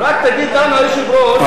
רק תגיד לנו, היושב-ראש,